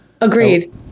Agreed